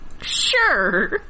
Sure